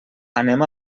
anem